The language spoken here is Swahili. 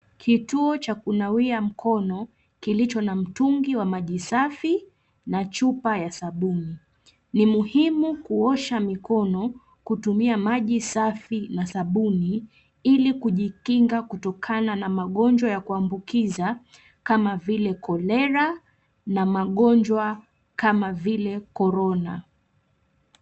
Kituo cha kunawia mkono, kilicho na mtungi wa maji safi, na chupa ya sabuni. Ni muhimu kuosha mikono, kutumia maji safi na sabuni, ili kujikinga kutokana na magonjwa ya kuambukiza, kama vile kolera, na magonjwa, kama vile korona.